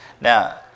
Now